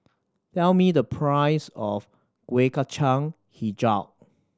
tell me the price of Kueh Kacang Hijau